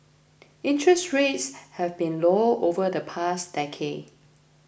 interest rates have been low over the past decade